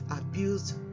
abused